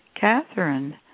Catherine